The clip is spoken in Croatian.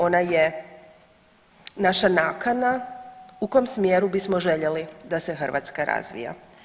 Ona je naša nakana u kom smjeru bismo željeli da se Hrvatska razvija.